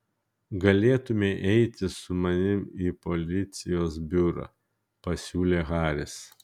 galėtumei eiti su mumis į policijos biurą pasiūlė haris